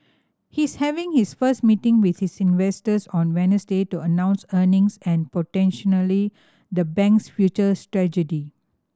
he's having his first meeting with his investors on Wednesday to announce earning and potentially the bank's future strategy